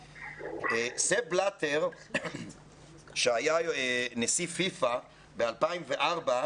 ספורט בנים היו משחקים הרבה פעמים משחקי כדור,